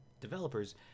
developers